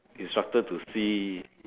instructor to see